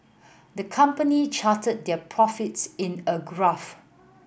the company charted their profits in a graph